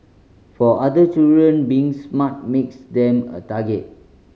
for other children being smart makes them a target